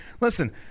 listen